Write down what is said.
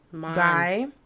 guy